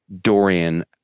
Dorian